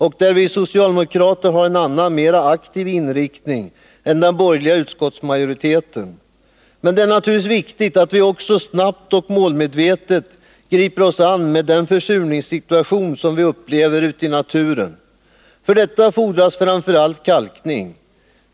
Här har vi socialdemokrater en annan, mera aktiv inriktning än den borgerliga utskottsmajoriteten. Men det är naturligtvis viktigt att vi också snabbt och målmedvetet griper oss an den försurningssituation som vi upplever ute i naturen. För detta fordras framför allt kalkning.